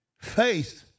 faith